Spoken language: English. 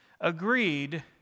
agreed